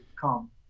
come